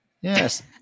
Yes